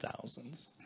thousands